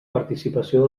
participació